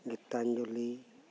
Gitanjali